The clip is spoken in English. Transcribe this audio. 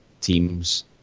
teams